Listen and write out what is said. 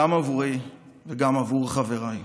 גם עבורי וגם עבור חבריי.